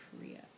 Korea